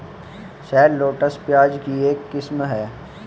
shallots, प्याज की एक किस्म है